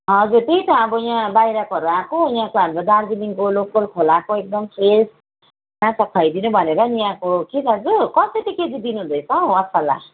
हजुर त्यही त अब यहाँ बाहिरकोहरू आएको यहाँको हाम्रो दार्जिलिङको लोकल खोलाको एकदम फ्रेस माछा खुवाइदिनु भनेर नि यहाँको कि दाजु कसरी केजी दिनु हुँदैछ हौ असला